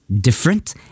different